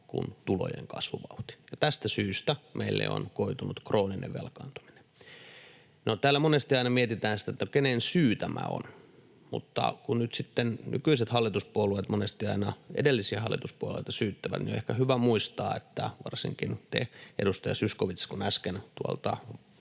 kuin tulojen kasvuvauhti, ja tästä syystä meille on koitunut krooninen velkaantuminen. No, täällä monesti aina mietitään sitä, kenen syy tämä on. Mutta kun nyt sitten nykyiset hallituspuolueet monesti aina edellisiä hallituspuolueita syyttävät, niin on ehkä hyvä muistaa — varsinkin teidän, edustaja Zyskowicz, kun äsken tuolta